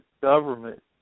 government